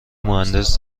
مهندس